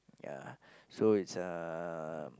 ya so it's uh